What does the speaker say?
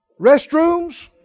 restrooms